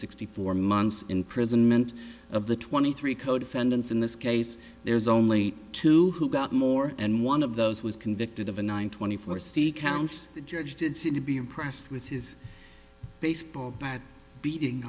sixty four months in prison meant of the twenty three co defendants in this case there's only two who got more and one of those was convicted of a nine twenty four c count the judge did seem to be impressed with his baseball bat beating